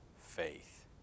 faith